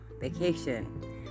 vacation